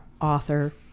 author